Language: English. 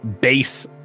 base